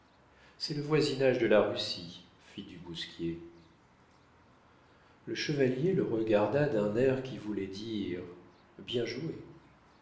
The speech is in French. c'est le voisinage de la russie fit du bousquier le chevalier le regarda d'un air qui voulait dire bien joué